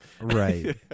right